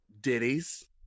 ditties